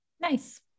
Nice